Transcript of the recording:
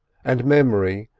and memory,